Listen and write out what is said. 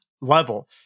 level